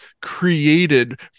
created